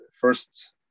first